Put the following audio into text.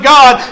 God